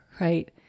right